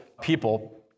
people